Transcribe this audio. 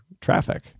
traffic